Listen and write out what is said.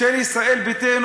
של ישראל ביתנו?